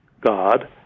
God